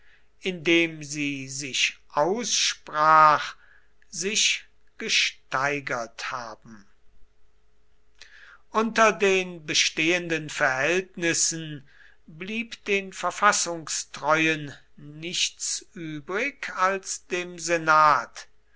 indem sie sich aussprach sich gesteigert haben unter den bestehenden verhältnissen blieb den verfassungstreuen nichts übrig als dem senat